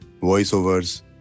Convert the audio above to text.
voiceovers